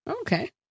Okay